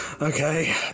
Okay